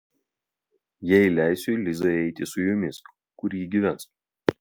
jei leisiu lizai eiti su jumis kur ji gyvens